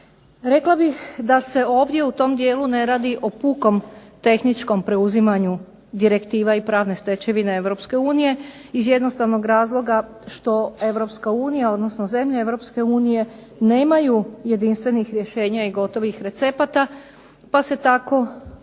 Rekla bih da se ovdje u tom dijelu ne radi o pukom tehničkom preuzimanju direktiva i pravne stečevine Europske unije iz jednostavnog razloga što Europska unija odnosno zemlje Europske unije nemaju jedinstvenih rješenja i gotovih recepata pa se tako